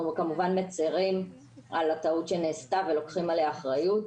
כמובן מצרים על הטעות שנעשתה ולוקחים עליה אחריות.